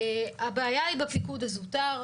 הבעיה היא בפיקוד הזוטר,